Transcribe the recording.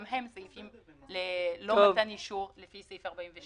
גם הם סעיפים שלא למתן אישור לפי סעיף 46,